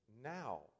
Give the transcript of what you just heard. now